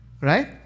right